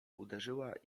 uderzyła